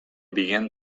began